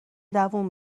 دووم